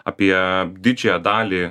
apie didžiąją dalį